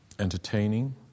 entertaining